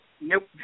nope